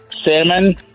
Salmon